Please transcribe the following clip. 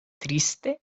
triste